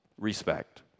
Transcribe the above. respect